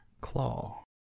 claw